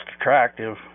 attractive